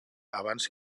abans